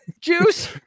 juice